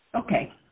Okay